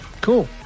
Cool